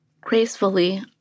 Gracefully